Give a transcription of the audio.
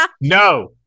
No